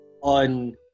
on